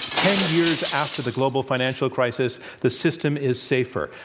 ten years after the global financial crisis, the system is safer,